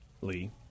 lee